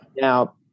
Now